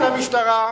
למשטרה,